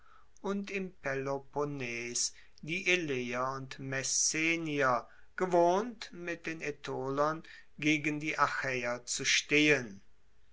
und im peloponnes die eleer und messenier gewohnt mit den aetolern gegen die achaeer zu stehen